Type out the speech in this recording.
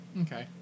Okay